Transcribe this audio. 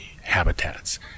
habitats